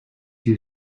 you